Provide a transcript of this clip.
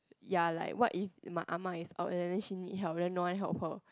ya like what if my Ah-Ma is old and then she need help and then no one help her